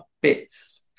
bits